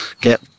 get